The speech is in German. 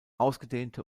ausgedehnte